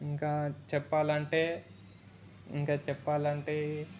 ఇంకా చెప్పాలంటే ఇంకా చెప్పాలంటే